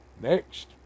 Next